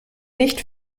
nicht